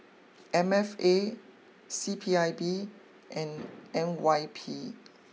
M F A C P I B and N Y P